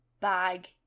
bag